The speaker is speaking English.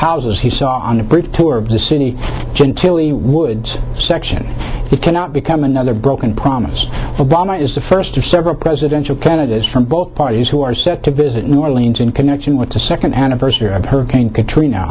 houses he saw on a brief tour of the city gentilly woods section cannot become another broken promise obama is the first of several presidential candidates from both parties who are set to visit new orleans in connection with the second anniversary of hurricane katrina